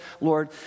Lord